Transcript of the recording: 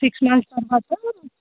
six months తర్వాత